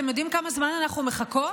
אתם יודעים כמה זמן אנחנו מחכות?